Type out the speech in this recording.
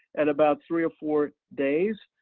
at about three or four days.